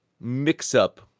mix-up